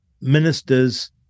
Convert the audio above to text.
ministers